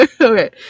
Okay